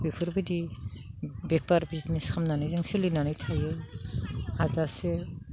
बेफोरबायदि बेपार बिजनेस खालामनानै जों सोलिनानै थायो हाजासे